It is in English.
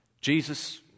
Jesus